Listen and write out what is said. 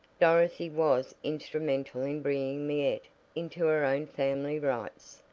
dorothy was instrumental in bringing miette into her own family rights,